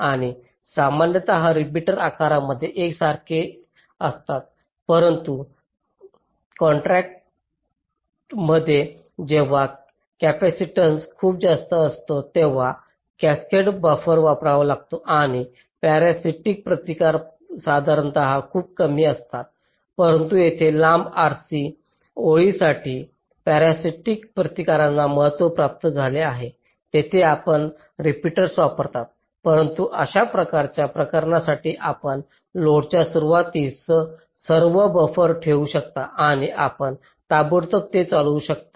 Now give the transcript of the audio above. आणि सामान्यत रीपीटर आकारात एकसारखे असतात परंतु कॉन्ट्रास्टमध्ये जेव्हा कॅपेसिडन्स खूप जास्त असतो तेव्हा कॅस्केड बफर वापरला जातो आणि पॅरासिटिक प्रतिकार सामान्यत खूपच कमी असतात परंतु येथे लांब आरसी ओळींसाठी पॅरासिटिक प्रतिकारांना महत्त्व प्राप्त झाले आहे तिथे आपण रिपिटर्स वापरता परंतु अशा प्रकारच्या प्रकरणांसाठी आपण लोडच्या सुरूवातीस सर्व बफर ठेवू शकता आणि आपण ताबडतोब ते चालवू शकता